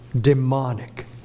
demonic